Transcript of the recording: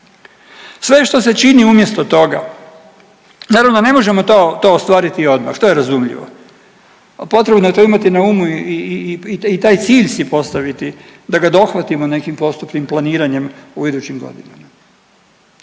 Sve što se čini umjesto toga naravno da to ne možemo ostvariti odmah, to je razumljivo, a potrebno je to imati na umu i taj cilj si postaviti da ga dohvatimo nekim postupnim planiranjem u idućim godinama.